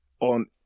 on